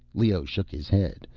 leoh shook his head.